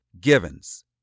Givens